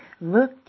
look